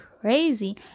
crazy